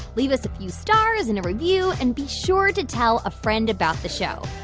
leave us a few stars and a review and be sure to tell a friend about the show.